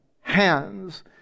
hands